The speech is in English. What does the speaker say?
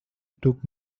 took